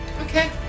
Okay